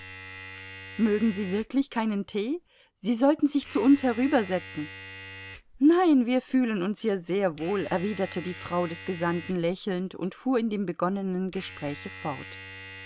mögen sie wirklich keinen tee sie sollten sich zu uns herübersetzen nein wir fühlen uns hier sehr wohl erwiderte die frau des gesandten lächelnd und fuhr in dem begonnenen gespräche fort